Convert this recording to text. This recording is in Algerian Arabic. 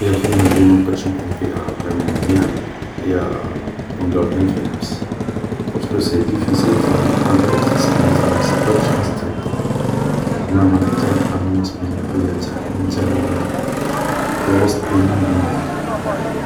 هي الخدمة اللي منقدش نكون فيها فريمون بيان هي نكون قارديان في حبس, بارسكو سي ديفيسيل نتا راك حاضر و راك حاس بلي تكون سبة باش ناس تعدب, جونغ مام هاكا نتا راك حارم الناس من الحرية نتاعهم, نتا هو اللي راك في الوسط بينهم و بين الحرية